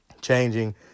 changing